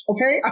Okay